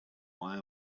while